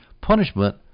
punishment